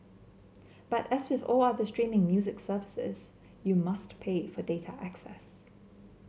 but as with all other streaming music services you must pay for data access